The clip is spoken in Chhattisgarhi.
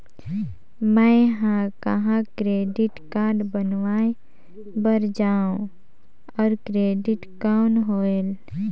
मैं ह कहाँ क्रेडिट कारड बनवाय बार जाओ? और क्रेडिट कौन होएल??